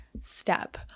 step